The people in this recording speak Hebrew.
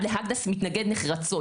שמשרד להגנ"ס מתנגד נחרצות,